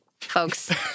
folks